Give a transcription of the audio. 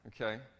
Okay